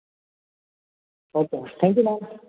okay ma'am thank you ma'am